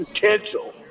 potential